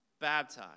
baptize